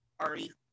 already